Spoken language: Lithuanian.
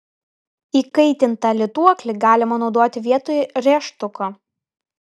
įkaitintą lituoklį galima naudoti vietoj rėžtuko